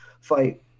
fight